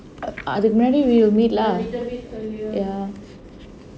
அதுக்கு முன்னாடி:adhukku munnadi we will meet lah ya